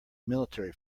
military